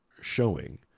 showing